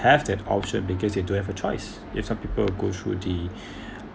have that option because you do have a choice if some people go through the